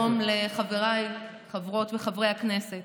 שלום לחבריי חברות וחברי הכנסת.